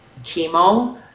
chemo